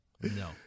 No